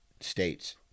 states